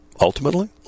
ultimately